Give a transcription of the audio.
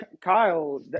Kyle